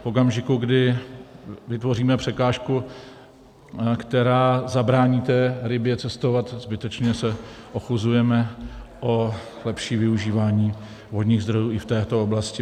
V okamžiku, kdy vytvoříme překážku, která zabrání té rybě cestovat, zbytečně se ochuzujeme o lepší využívání vodních zdrojů i v této oblasti.